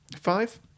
Five